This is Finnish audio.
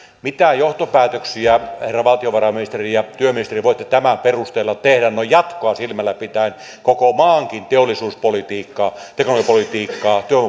mitä johtopäätöksiä herra valtiovarainministeri ja herra työministeri voitte tämän perusteella tehdä noin jatkoa silmällä pitäen koko maankin teollisuus politiikkaa teknologiapolitiikkaa